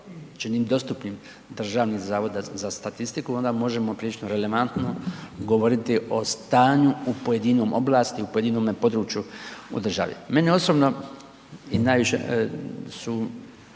čini dostupnim Državni zavod za statistiku onda možemo prilično relevantno govoriti o stanju u pojedinom .../Govornik se ne razumije./..., u pojedinome području u državi. Mene osobno i najviše su